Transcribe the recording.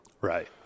Right